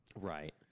right